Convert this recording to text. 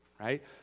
right